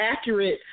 accurate